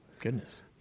Goodness